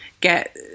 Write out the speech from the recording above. get